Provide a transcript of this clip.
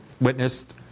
witnessed